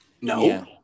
No